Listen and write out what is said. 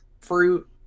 fruit